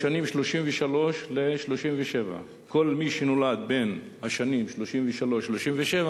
כל מי שנולד בשנים 1933 1937